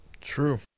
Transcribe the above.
True